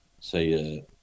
say